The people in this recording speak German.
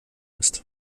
ist